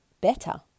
better